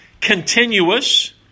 Continuous